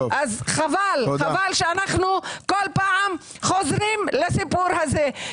חבל שאנו כל פעם חוזרים לסיפור הזה.